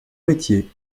métier